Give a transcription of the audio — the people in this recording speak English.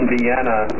Vienna